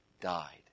died